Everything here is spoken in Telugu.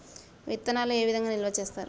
విత్తనాలు ఏ విధంగా నిల్వ చేస్తారు?